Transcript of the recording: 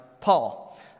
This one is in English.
Paul